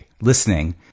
listening